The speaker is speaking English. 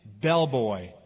bellboy